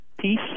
peace